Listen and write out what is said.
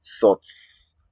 thoughts